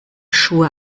schuhe